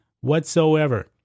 whatsoever